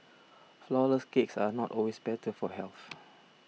Flourless Cakes are not always better for health